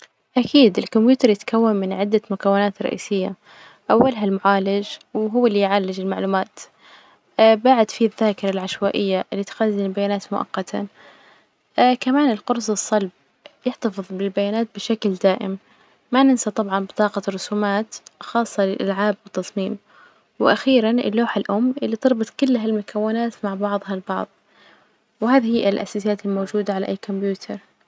أكيد الكمبيوتر يتكون من عدة مكونات رئيسية، أولها المعالج وهو اللي يعالج المعلومات بعد فيه الذاكرة العشوائية اللي تخزن البيانات مؤقتا كمان القرص الصلب يحتفظ بالبيانات بشكل دائم، ما ننسى طبعا بطاقة الرسومات خاصة للألعاب والتصميم، وأخيرا اللوحة الأم اللي تربط كل هالمكونات مع بعضها البعض، وهذه هي الأساسيات الموجودة على أي كمبيوتر.